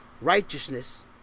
righteousness